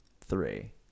three